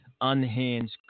unhinged